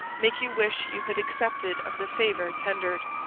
make you wish you had accepted of the favour tendered.